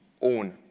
own